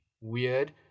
weird